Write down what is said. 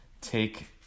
take